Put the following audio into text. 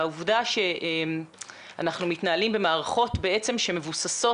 אנחנו כרגע קרוב ל-1,400 מב"סים.